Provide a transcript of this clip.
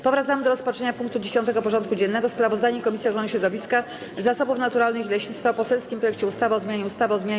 Powracamy do rozpatrzenia punktu 10. porządku dziennego: Sprawozdanie Komisji Ochrony Środowiska, Zasobów Naturalnych i Leśnictwa o poselskim projekcie ustawy o zmianie ustawy o zmianie